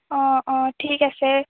অঁ অঁ ঠিক আছে